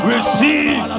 Receive